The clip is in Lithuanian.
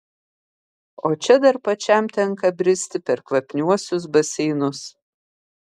o čia dar pačiam tenka bristi per kvapniuosius baseinus